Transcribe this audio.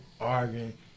arguing